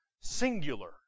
singular